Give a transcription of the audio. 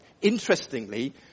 interestingly